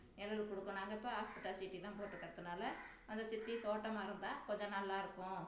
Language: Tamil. நிழல் கொடுக்கும் நாங்கள் இப்போ ஆஸ்பெட்டாஸ் சீட்டி தான் போட்டுருக்குறதுனால அதைச் சுற்றி தோட்டமாக இருந்தால் கொஞ்சம் நல்லாருக்கும்